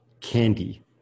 candy